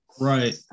Right